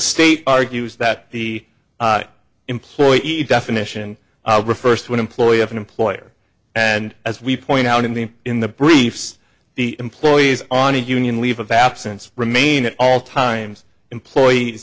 state argues that the employee a definition refers to an employee of an employer and as we point out in the in the briefs the employees on a union leave of absence remain at all times employees